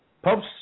Popes